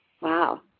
Wow